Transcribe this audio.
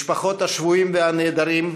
משפחות השבויים והנעדרים,